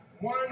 one